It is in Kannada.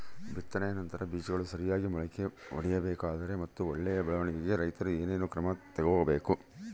ಬಿತ್ತನೆಯ ನಂತರ ಬೇಜಗಳು ಸರಿಯಾಗಿ ಮೊಳಕೆ ಒಡಿಬೇಕಾದರೆ ಮತ್ತು ಒಳ್ಳೆಯ ಬೆಳವಣಿಗೆಗೆ ರೈತರು ಏನೇನು ಕ್ರಮ ತಗೋಬೇಕು?